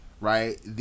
right